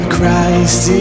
Christ